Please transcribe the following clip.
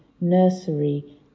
nursery